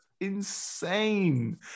insane